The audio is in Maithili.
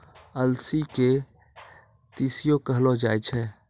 अलसी के तीसियो कहलो जाय छै